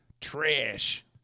trash